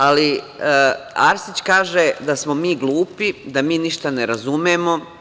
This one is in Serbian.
Arsić kaže da smo mi glupi, da mi ništa ne razumemo.